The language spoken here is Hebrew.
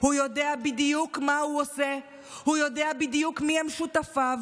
הוא עושה את זה בתוך העם,